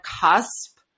cusp